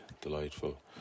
delightful